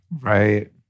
right